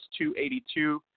282